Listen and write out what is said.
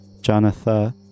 Jonathan